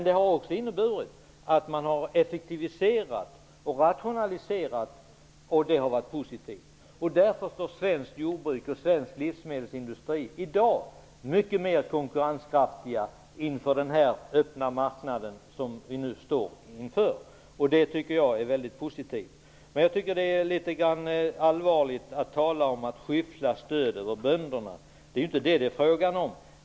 Det har också inneburit att man har effektiviserat och rationaliserat. Det har varit positivt. Därför blir svenskt jordbruk och svensk livsmedelsindustri mycket mer konkurrenskraftiga på den öppna marknad vi står inför. Jag tycker att det är mycket positivt. Jag tycker däremot att det är litet grand allvarligt att man talar om att skyffla stöd över bönderna. Det är inte det som det är fråga om.